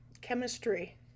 chemistry